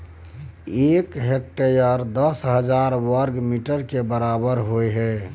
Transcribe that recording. एक हेक्टेयर दस हजार वर्ग मीटर के बराबर होय हय